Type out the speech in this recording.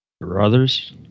brothers